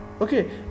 okay